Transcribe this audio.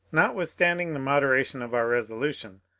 notwithstanding the moderation of our resolution,